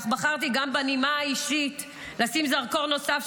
אך בחרתי גם בנימה האישית לשים זרקור נוסף,